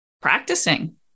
practicing